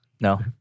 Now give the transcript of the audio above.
No